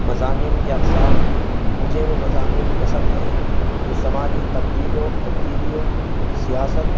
مضامین کے اقسام مجھے وہ مضامین پسند ہیں جو سماجی تبدیلو تبدیلیوں سیاست